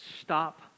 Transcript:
Stop